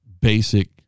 basic